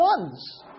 ones